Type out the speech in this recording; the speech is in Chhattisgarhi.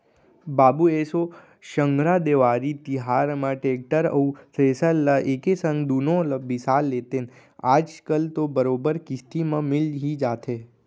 बाबू एसो संघरा देवारी तिहार म टेक्टर अउ थेरेसर ल एके संग दुनो ल बिसा लेतेन आज कल तो बरोबर किस्ती म मिल ही जाथे